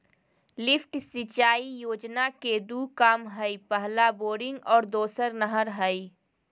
lift सिंचाई योजना के दू काम हइ पहला बोरिंग और दोसर नहर हइ